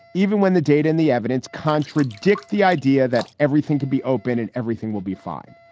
even when the data and the evidence contradict the idea that everything could be open and everything will be fine.